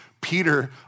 Peter